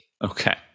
Okay